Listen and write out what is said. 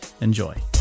enjoy